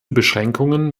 beschränkungen